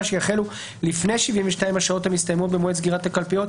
שיחלו לפני 72 השעות המסתיימות במועד סגירת הקלפיות,